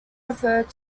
referred